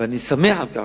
ואני שמח על כך,